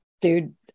dude